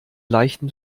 leichten